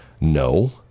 No